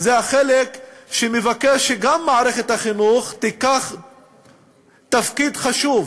זה החלק שמבקש שגם מערכת החינוך תיקח תפקיד חשוב